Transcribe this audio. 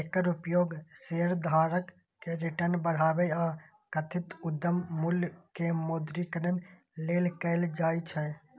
एकर उपयोग शेयरधारक के रिटर्न बढ़ाबै आ कथित उद्यम मूल्य के मौद्रीकरण लेल कैल जाइ छै